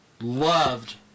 loved